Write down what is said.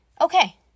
okay